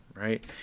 Right